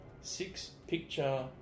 six-picture